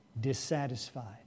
Dissatisfied